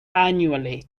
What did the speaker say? annually